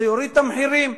זה יוריד את המחירים,